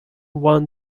won